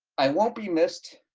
i won't be missed.